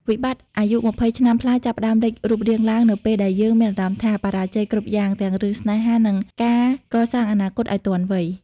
វិបត្តិអាយុ២០ ឆ្នាំប្លាយចាប់ផ្តើមលេចរូបរាងឡើង នៅពេលដែលយើងមានអារម្មណ៍ថា "បរាជ័យគ្រប់យ៉ាង" ទាំងរឿងស្នេហា និងការកសាងអនាគតឱ្យទាន់វ័យ។